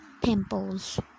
Pimples